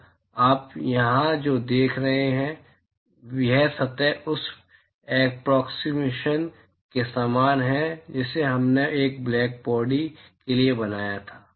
तो आप यहाँ जो देख रहे हैं यह सतह उस एप्रोक्सिमेशन के समान है जिसे हमने एक ब्लैकबॉडी के लिए बनाया था